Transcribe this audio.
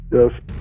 Yes